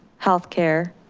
health care,